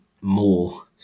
more